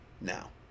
now